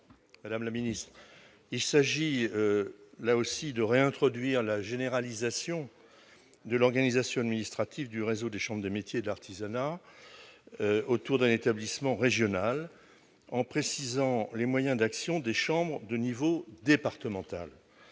amendement a pour objet de réintroduire la généralisation de l'organisation administrative du réseau des chambres de métiers et de l'artisanat autour d'un établissement régional, en précisant les moyens d'action des chambres de niveau départemental